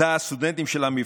את תא הסטודנטים של המפלגה,